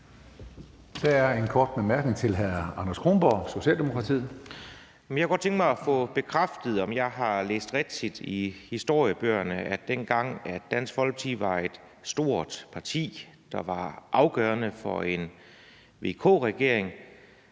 Der er en kort bemærkning til hr. Anders Kronborg, Socialdemokratiet. Kl. 12:19 Anders Kronborg (S): Jeg kunne godt tænke mig at få bekræftet, om jeg har læst rigtigt i historiebøgerne, altså at dengang Dansk Folkeparti var et stort parti, der var afgørende for en VK-regering,